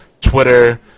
Twitter